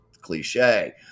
cliche